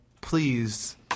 Please